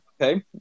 okay